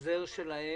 בחוזה שלהם